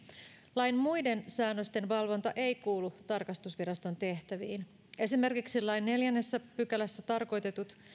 lain muiden säännösten valvonta ei kuulu tarkastusviraston tehtäviin esimerkiksi lain neljännessä pykälässä tarkoitetut